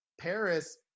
Paris